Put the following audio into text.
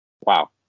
Wow